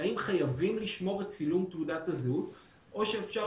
האם חייבים לשמור את צילום תעודת הזהות או שאפשר